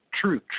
true